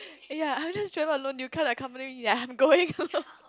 ya I will just travel alone you can't accompany me ya I'm going alone